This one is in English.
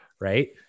Right